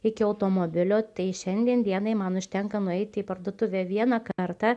iki automobilio tai šiandien dienai man užtenka nueiti į parduotuvę vieną kartą